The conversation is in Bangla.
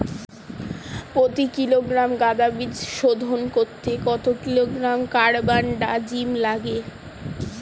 প্রতি কিলোগ্রাম গাঁদা বীজ শোধন করতে কত গ্রাম কারবানডাজিম লাগে?